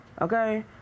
okay